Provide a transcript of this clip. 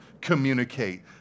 communicate